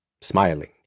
smiling